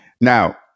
Now